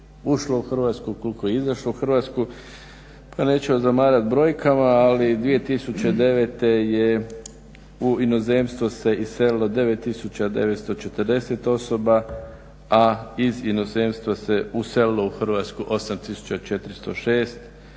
izašlo u Hrvatsku, pa neću vas zamarati brojkama. Ali 2009. je u inozemstvo se iselilo 9940 osoba, a iz inozemstva se uselilo u Hrvatsku 8406.